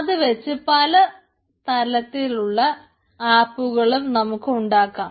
അതുവെച്ച് പല തരത്തിലുള്ള ആപ്പുകളും നമുക്ക് ഉണ്ടാക്കാം